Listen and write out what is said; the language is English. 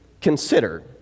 consider